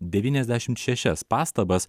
devyniasdešimt šešias pastabas